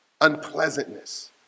unpleasantness